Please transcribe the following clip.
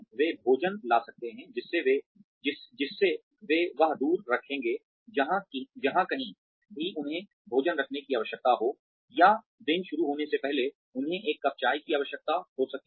वे भोजन ला सकते हैं जिससे वे वह दूर रखेंगे जहां कहीं भी उन्हें भोजन रखने की आवश्यकता हो या दिन शुरू होने से पहले उन्हें एक कप चाय की आवश्यकता हो सकती है